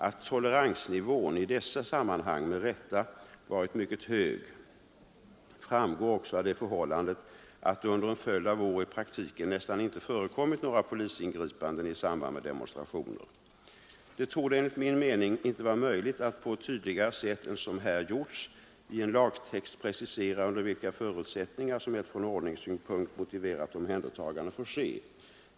Att toleransnivån i dessa sammanhang med rätta varit mycket hög framgår också av det förhållandet att det under en följd av år i praktiken nästan inte förekommit några polisingripanden i samband med demonstrationer. Det torde enligt min mening inte vara möjligt att på ett tydligare sätt än som här gjorts i en lagtext precisera under vilka förutsättningar som ett från ordningssynpunkt motiverat omhändertagande får ske.